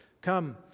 come